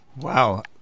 Wow